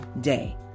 day